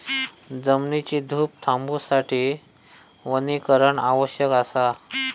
जमिनीची धूप थांबवूसाठी वनीकरण आवश्यक असा